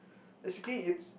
basically it's